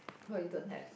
what you don't have